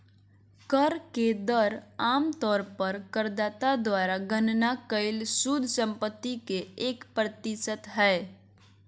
कर के दर आम तौर पर करदाता द्वारा गणना कइल शुद्ध संपत्ति के एक प्रतिशत हइ